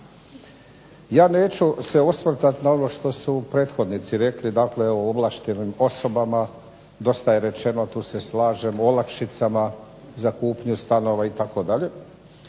Ja neću se osvrtati na ono što su prethodnici rekli, dakle o ovlaštenim osobama dosta je rečeno. Tu se slažem, olakšicama za kupnju stanova itd.